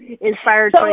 Inspired